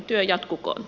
työ jatkukoon